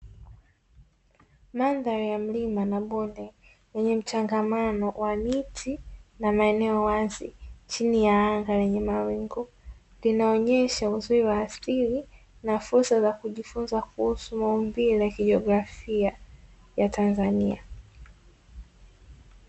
Mandhari ya mlima na bonde, yenye mchangamano wa miti na maeneo wazi chini ya anga lenye mawingu, linaonyesha uzuri wa asili na fursa za kujifunza kuhusu maumbile ya kijografia ya Tanzania.